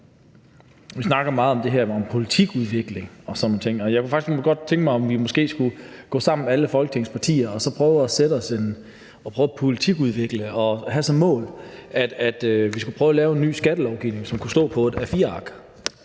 vi snakker meget om politikudvikling og sådan nogle ting. Og jeg kunne faktisk godt tænke mig, at alle folketingspartier skulle gå sammen og prøve at politikudvikle og at have som mål, at vi skulle prøve at lave en ny skattelovgivning, som kunne stå på et A4-ark.